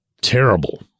terrible